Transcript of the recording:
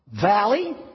valley